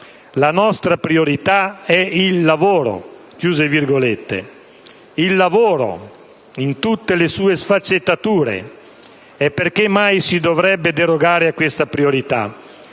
La nostra priorità è il lavoro». Il lavoro, in tutte le sue sfaccettature; e perché mai si dovrebbe derogare a questa priorità?